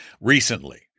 recently